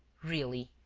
really,